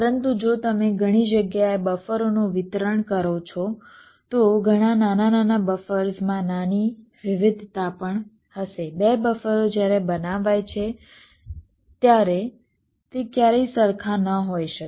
પરંતુ જો તમે ઘણી જગ્યાએ બફરોનું વિતરણ કરો છો તો ઘણા નાના નાના બફર્સમાં નાની વિવિધતા પણ હશે 2 બફરો જ્યારે બનાવાય ત્યારે તે ક્યારેય સરખા ન હોઈ શકે